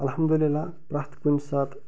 الحمدُ اللہ پرٛتھ کُنہِ ساتہٕ